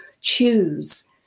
choose